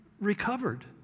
recovered